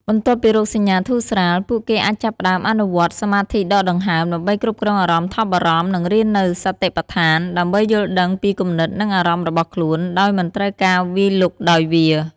បន្ទាប់ពីរោគសញ្ញាធូរស្រាល ពួកគេអាចចាប់ផ្តើមអនុវត្តន៍ សមាធិដកដង្ហើម ដើម្បីគ្រប់គ្រងអារម្មណ៍ថប់បារម្ភ និងរៀននូវ សតិប្បដ្ឋាន ដើម្បីយល់ដឹងពីគំនិត និងអារម្មណ៍របស់ខ្លួន ដោយមិនត្រូវបានវាយលុកដោយវា។